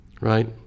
right